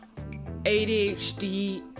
ADHD